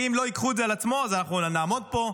כי אם לא ייקחו את זה על עצמם אז אנחנו נעמוד פה,